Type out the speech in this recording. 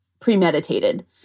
premeditated